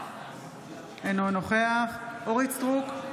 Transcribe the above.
אינו נוכח אורית מלכה סטרוק,